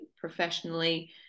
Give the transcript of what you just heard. professionally